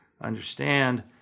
understand